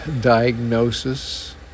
diagnosis